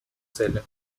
цели